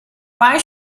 why